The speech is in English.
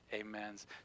amens